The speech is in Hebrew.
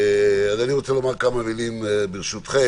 אני רוצה לומר כמה מילים ברשותכם.